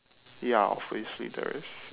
ya obviously there is